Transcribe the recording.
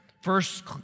first